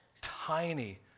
tiny